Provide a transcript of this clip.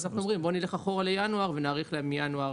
אז אנחנו אומרים: בואו נלך אחורה לינואר ונאריך להם מינואר